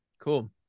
cool